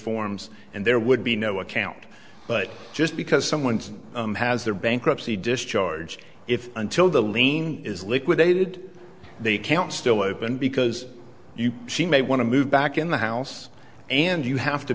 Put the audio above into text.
forms and there would be no account but just because someone has their bankruptcy discharge if until the lien is liquidated they can still open because you she may want to move back in the house and you have to